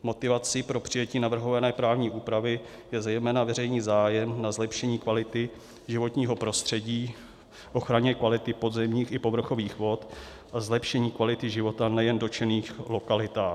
Motivací pro přijetí navrhované právní úpravy je zejména veřejný zájem o zlepšení kvality životního prostředí, k ochraně kvality podzemních i povrchových vod a zlepšení kvality života nejen v dotčených lokalitách.